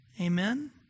Amen